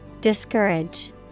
Discourage